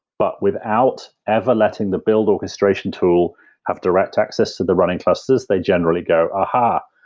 but without ever letting the build orchestration tool have direct access to the running clusters, they generally go, aha.